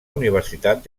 universitat